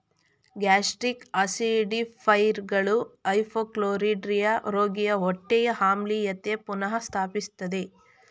gastric ಆಸಿಡಿಫೈಯರ್ಗಳು hypochlorhydria ರೋಗಿಯ ಹೊಟ್ಟೆಯ ಆಮ್ಲೀಯತೆ ಪುನಃ ಸ್ಥಾಪಿಸ್ತದೆ